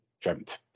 dreamt